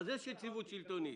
יש יציבות שלטונית.